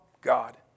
God